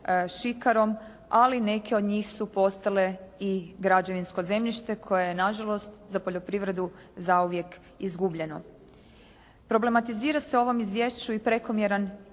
šikarom, ali neke od njih su postale i građevinsko zemljište koje je na žalost za poljoprivredu zauvijek izgubljeno. Problematizirati se u ovom izvješću i prekomjeran